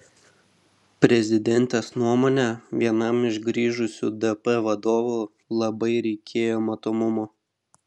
prezidentės nuomone vienam iš grįžusių dp vadovų labai reikėjo matomumo